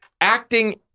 acting